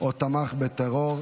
או תמך בטרור),